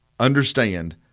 Understand